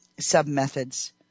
sub-methods